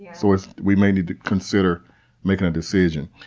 yeah sort of we may need to consider making a decision.